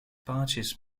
parties